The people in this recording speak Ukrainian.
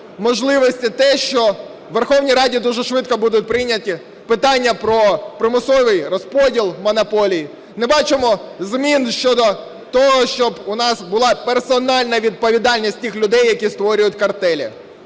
можливості те, що в Верховній Раді дуже швидко будуть прийняті питання про примусовий розподіл монополій. Не бачимо змін щодо того, щоб у нас була персональна відповідальність тих людей, які створюють картелі,